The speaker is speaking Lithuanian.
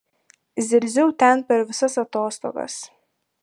zirziau ten per visas atostogas